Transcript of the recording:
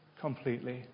completely